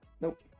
Nope